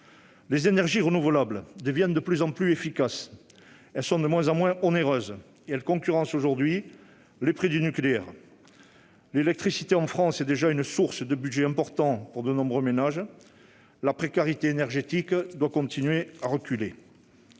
Les énergies renouvelables deviennent de plus en plus efficaces. Elles sont aussi de moins en moins onéreuses et concurrencent aujourd'hui les prix du nucléaire. L'électricité en France représente déjà une part importante du budget pour de nombreux ménages ; la précarité énergétique doit continuer de reculer.